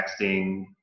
texting